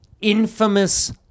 infamous